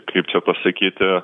kaip čia pasakyti